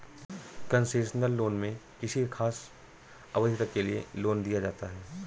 concessional loan में किसी खास अवधि तक के लिए लोन दिया जाता है